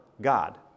God